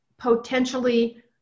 Potentially